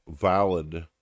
valid